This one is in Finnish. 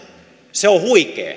se on huikea